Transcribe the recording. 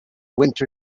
winter